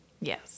Yes